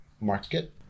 market